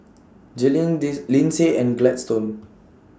Jalynn did Linsey and Gladstone